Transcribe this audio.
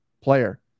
Player